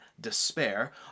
despair